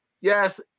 yes